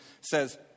Says